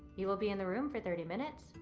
you will be in the room for thirty minutes.